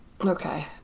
okay